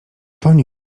toń